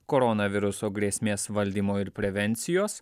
koronaviruso grėsmės valdymo ir prevencijos